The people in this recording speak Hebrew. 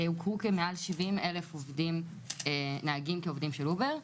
הוכרו מעל 70,000 נהגים כעובדים של אובר.